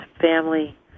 family